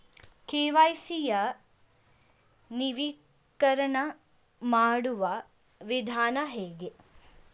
KYC ಯ ನವೀಕರಣ ಮಾಡುವ ವಿಧಾನ ಹೇಗೆ?